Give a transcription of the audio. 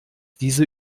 diese